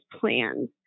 plans